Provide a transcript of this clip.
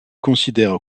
considère